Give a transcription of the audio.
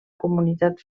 comunitat